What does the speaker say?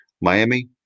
Miami